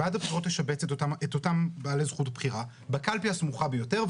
ועדת הבחירות תשבץ את אותם בעלי זכות בחירה בקלפי הסמוכה ביותר,